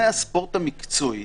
זה הספורט המקצועי